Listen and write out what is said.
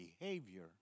behavior